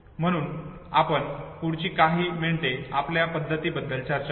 म्हणून आपण पुढची काही मिनिटे आपल्या पद्धतींबद्दल चर्चा करू